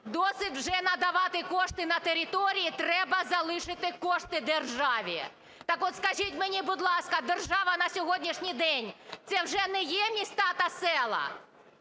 "Досить вже надавати кошти на території. Треба залишити кошти державі". Так от, скажіть мені, будь ласка, держава на сьогоднішній день – це вже не є міста та села?!